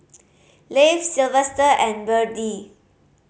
Leif Silvester and Byrdie